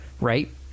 right